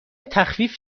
تخفیف